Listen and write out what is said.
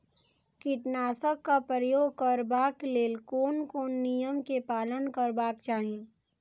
कीटनाशक क प्रयोग करबाक लेल कोन कोन नियम के पालन करबाक चाही?